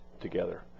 together